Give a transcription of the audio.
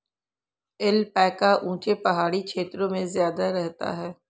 alpaca ऊँचे पहाड़ी क्षेत्रों में ज्यादा रहता है